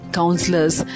counselors